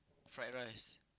fried rice